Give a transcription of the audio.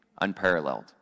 unparalleled